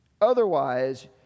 Otherwise